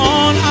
on